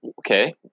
Okay